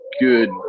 good